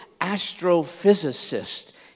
astrophysicist